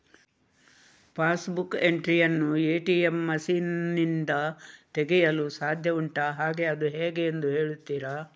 Pass book entry ಯನ್ನು ATM machine ನಿಂದ ತೆಗೆಯಲು ಸಾಧ್ಯ ಉಂಟಾ ಹಾಗೆ ಅದು ಹೇಗೆ ಎಂದು ಹೇಳುತ್ತೀರಾ?